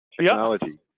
technology